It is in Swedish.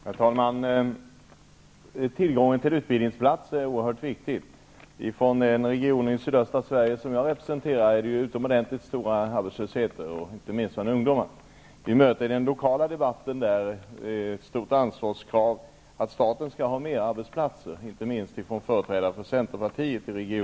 Herr talman! Tillgången till utbildningsplatser är oerhört viktig. I den region i sydöstra Sverige som jag representerar är det utomordentligt stor arbetslöshet, inte minst för ungdomar. Vi möter där i den lokala debatten starka krav, inte minst från företrädare för centern i regionen, på att staten skall ha fler arbetsplatser.